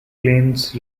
plains